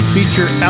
Feature